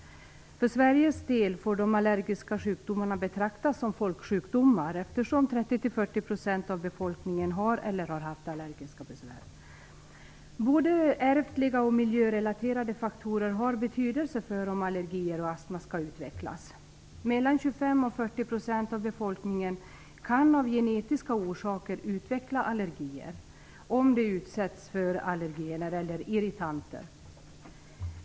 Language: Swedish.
För Sveriges del får de allergiska sjukdomarna betraktas som folksjukdomar, eftersom 30-40 % av befolkningen har eller har haft allergiska besvär. Både ärftliga och miljörelaterade faktorer har betydelse för om allergier och astma skall utvecklas. 25-40 % av befolkningen kan av genetiska orsaker utveckla allergier om de utsätts för allergener eller irritanter.